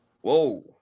Whoa